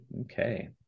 Okay